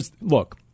Look